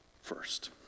first